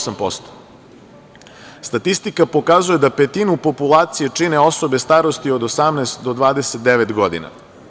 Statistika pokazuje da petinu populacije čine osobe starosti od 18 do 29 godina.